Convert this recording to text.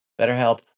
BetterHelp